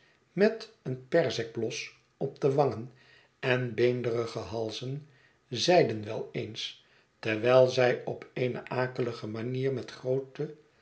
met een perzikblos op de wangen en beenderige halzen zeiden wel eens terwijl zij op eene akelige manier met groote